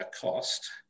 cost